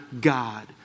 God